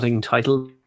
title